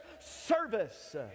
service